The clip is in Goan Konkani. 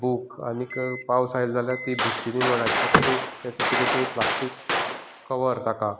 बुक आनीक पावस आयलो जाल्यार ती भिजची न्ही म्हण हाजे खातीर कितें तरी प्लास्टीक कवर ताका